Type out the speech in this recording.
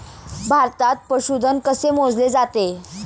भारतात पशुधन कसे मोजले जाते?